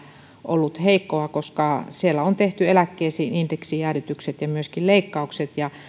ollut heikkoa koska siellä on tehty eläkkeisiin indeksijäädytykset ja myöskin leikkaukset